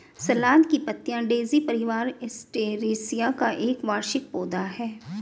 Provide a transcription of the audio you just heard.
सलाद की पत्तियाँ डेज़ी परिवार, एस्टेरेसिया का एक वार्षिक पौधा है